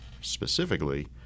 specifically